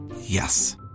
Yes